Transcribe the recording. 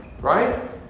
right